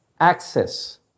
access